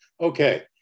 Okay